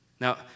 Now